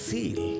Seal